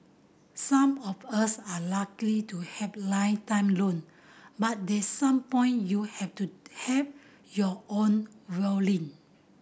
some of us are luckily to have lifetime loan but that some point you have to have your own violin